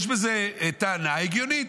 יש בזה טענה הגיונית.